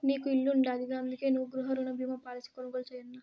నీకు ఇల్లుండాదిగా, అందుకే నువ్వు గృహరుణ బీమా పాలసీ కొనుగోలు చేయన్నా